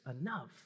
enough